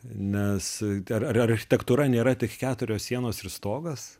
nes tai ar architektūra nėra tik keturios sienos ir stogas